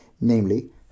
namely